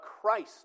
Christ